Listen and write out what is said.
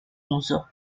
uso